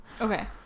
Okay